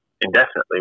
indefinitely